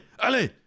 allez